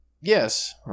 yes